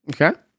Okay